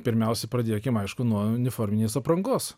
pirmiausia pradėkim aišku nuo uniforminės aprangos